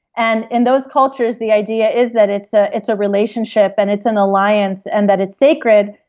and in those cultures, the idea is that it's ah it's a relationship and it's an alliance and that it's sacred.